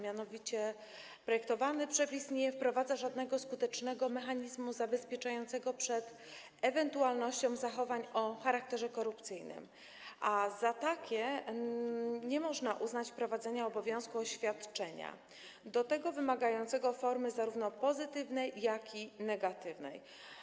Mianowicie projektowany przepis nie wprowadza żadnego skutecznego mechanizmu zabezpieczającego przed ewentualnością zachowań o charakterze korupcyjnym, bo za takie nie można uznać wprowadzenia obowiązku oświadczenia, do tego wymagającego formy zarówno pozytywnej, jak i negatywnej.